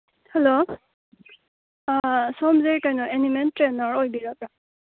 hello ꯁꯣꯝꯁꯦ ꯀꯩꯅꯣ animal trainer ꯑꯣꯏꯕꯤꯔꯕ꯭ꯔ